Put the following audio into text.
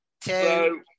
two